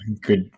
Good